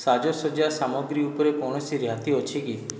ସାଜସଜ୍ଜା ସାମଗ୍ରୀ ଉପରେ କୌଣସି ରିହାତି ଅଛି କି